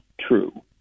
true